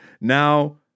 Now